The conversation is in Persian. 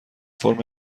فرم